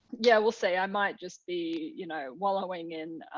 yeah we'll see. i might just be you know wallowing in